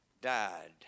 died